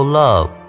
love